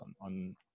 on